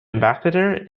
ambassador